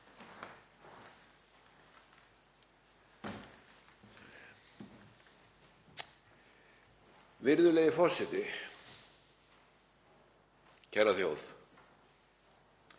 Virðulegi forseti. Kæra þjóð.